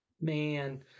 Man